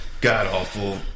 god-awful